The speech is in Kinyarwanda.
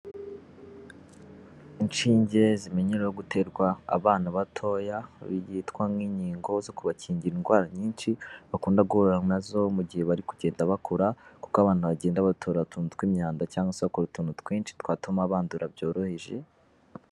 Inshinge zimenyereweho guterwa abana batoya, ibi byitwa nk'inkingo zo kubakingira indwara nyinshi bakunda guhura na zo mu gihe bari kugenda bakura, kuko abana bagenda batora utuntu tw'imyanda cyangwa se bakora utuntu twinshi twatuma bandura byoroheje...